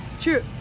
True